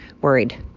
worried